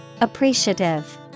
Appreciative